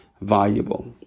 valuable